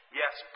yes